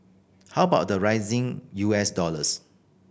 how about the rising U S dollars